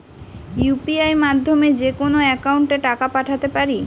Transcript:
UPI মাধ্যমে যেকোনো একাউন্টে টাকা পাঠাতে পারি?